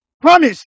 promise